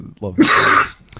love